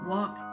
Walk